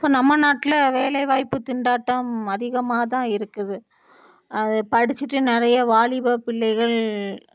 இப்போ நம்ம நாட்டில வேலை வாய்ப்பு திண்டாட்டம் அதிகமாக தான் இருக்குது அது படிச்சிட்டு நிறைய வாலிப பிள்ளைகள்